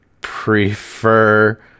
prefer